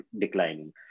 declining